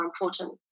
important